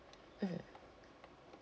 mm